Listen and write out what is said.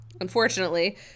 unfortunately